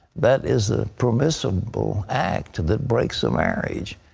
that is a permissible act that breaks a marriage.